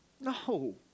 No